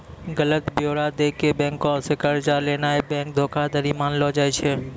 गलत ब्योरा दै के बैंको से कर्जा लेनाय बैंक धोखाधड़ी मानलो जाय छै